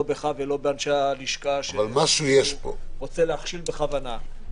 לא בך ולא באנשי הלשכה שרוצים להכשיל בכוונה,